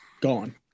Gone